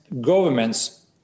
governments